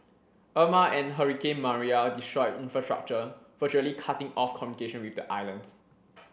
Irma and hurricane Maria destroyed infrastructure virtually cutting off communication with the islands